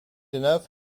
enough